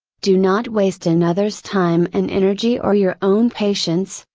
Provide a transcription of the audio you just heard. do not waste another's time and energy or your own patience,